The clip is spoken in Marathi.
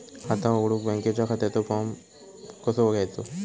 खाता उघडुक बँकेच्या खात्याचो फार्म कसो घ्यायचो?